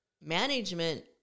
management